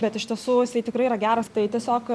bet iš tiesų jisai tikrai yra geras tai tiesiog